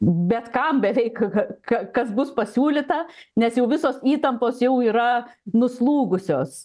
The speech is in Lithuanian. bet kam beveik kas bus pasiūlyta nes jau visos įtampos jau yra nuslūgusios